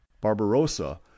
Barbarossa